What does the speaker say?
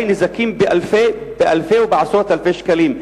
נזקים אולי באלפי או בעשרות אלפי שקלים.